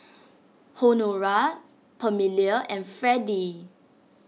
Honora Pamelia and Fredy